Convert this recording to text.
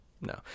No